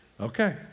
Okay